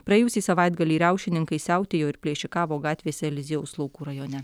praėjusį savaitgalį riaušininkai siautėjo ir plėšikavo gatvėse eliziejaus laukų rajone